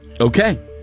Okay